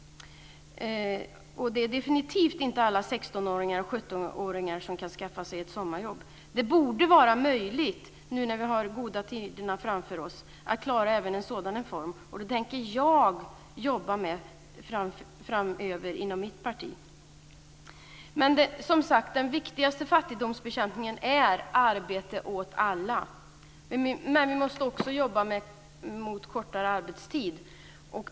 Det är definitivt inte alla 16 och 17-åringar som kan skaffa sig ett sommarjobb. Det borde vara möjligt, nu med goda tider framför oss, att klara även en sådan reform. Det tänker jag jobba med framöver inom mitt parti. Det viktigaste sättet att bekämpa fattigdomen är arbete åt alla, men vi måste också jobba för en kortare arbetstid.